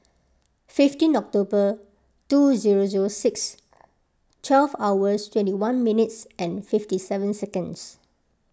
fifteen October two zero zero six twelve hours twenty one minutes and fifty seven seconds